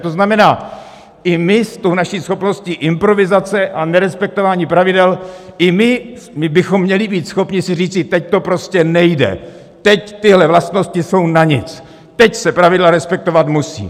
To znamená, i my s tou naší schopností improvizace a nerespektování pravidel, i my bychom měli být schopni si říci: teď to prostě nejde, teď tyhle vlastnosti jsou na nic, teď se pravidla respektovat musí.